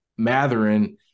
Matherin